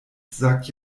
sagte